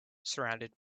surrounded